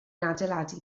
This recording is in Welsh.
adeiladu